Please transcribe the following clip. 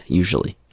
usually